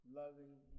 loving